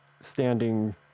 standing